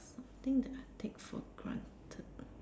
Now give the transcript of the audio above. something that I take for granted ah